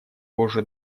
уже